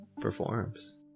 performs